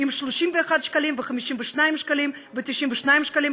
ובעיקר בשנים האחרונות,